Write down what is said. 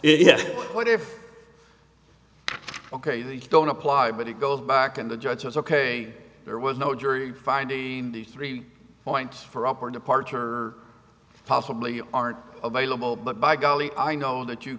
if ok they don't apply but it goes back and the judge says ok there was no jury finding these three points for up or departure or possibly aren't available but by golly i know that you